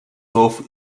sauf